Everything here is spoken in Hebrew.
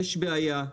יש בעיה,